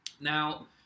Now